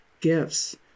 gifts